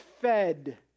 fed